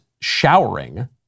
showering